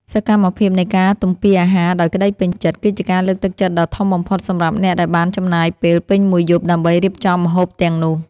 សកម្មភាពនៃការទំពារអាហារដោយក្តីពេញចិត្ត គឺជាការលើកទឹកចិត្តដ៏ធំបំផុតសម្រាប់អ្នកដែលបានចំណាយពេលពេញមួយយប់ដើម្បីរៀបចំម្ហូបទាំងនោះ។